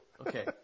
Okay